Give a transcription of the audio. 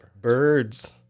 birds